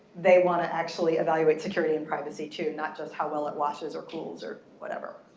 they want to actually evaluate security and privacy, too, not just how well it washes or cools or whatever.